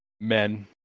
men